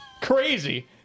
Crazy